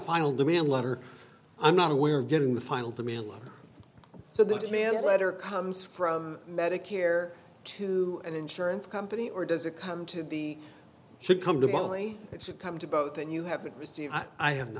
final demand letter i'm not aware of getting the final demand letter so the demand letter comes from medicare to an insurance company or does it come to be should come to bali it should come to both and you haven't received i